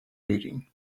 reading